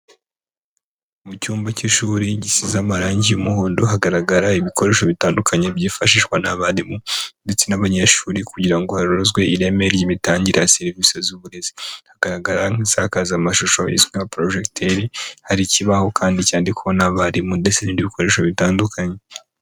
Mu cyumba cy'ishuri gisize amarangi y'umuhondo hagaragara ibikoresho bitandukanye byifashishwa n'abarimu ndetse n'abanyeshuri kugira ngo hanozwe ireme ry'imitangire ya serivisi z'uburezi. Hagaragara nk'isakazamashusho izwi nka projecteur. Hari ikibaho kandi cyandikwaho n'abarimu ndetse n'ibindi bikoresho bitandukanye.